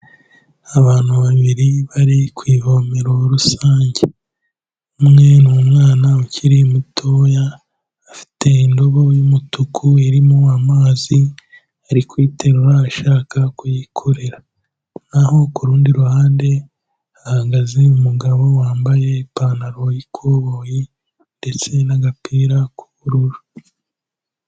Abantu babiri bari ku ivomero rusange, umwe ni umwana ukiri mutoya, afite indobo y'umutuku irimo amazi, ari kuyiterura ashaka kuyikorera, naho ku rundi ruhande hahagaze umugabo wambaye ipantaro y'ikoboyi ndetse n'agapira k'ubururu.